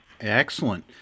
Excellent